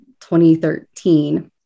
2013